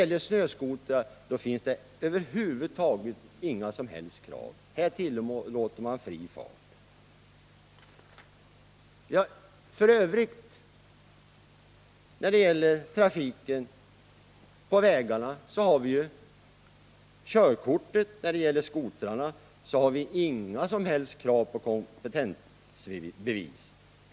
Men för snöskoterkörning finns det inget som helst krav i det här avseendet, utan här tillåter man fri fart. För biltrafiken kräver vi körkort, men när det gäller snöskotrarna har vi inga som helst krav på kompetensbevis.